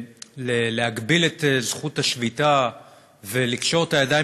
להגביל את זכות השביתה ולקשור את הידיים